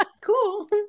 cool